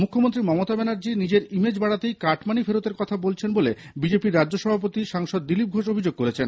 মুখ্যমন্ত্রী মমতা ব্যানার্জী নিজের ইমেজ বাড়াতেই কাটমানি ফেরতের কথা বলেছেন বলে বিজেপি র রাজ্য সভাপতি সাংসদ দিলীপ ঘোষ অভিযোগ করেছেন